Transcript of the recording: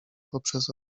poprzez